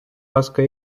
ласка